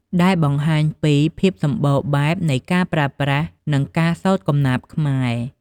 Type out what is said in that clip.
ដែលបង្ហាញពីភាពសម្បូរបែបនៃការប្រើប្រាស់ និងការសូត្រកំណាព្យខ្មែរ។